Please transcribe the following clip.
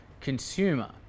consumer